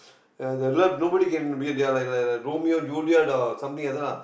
uh the love nobody can be they are like Romeo Juliet or something like that lah